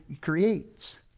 creates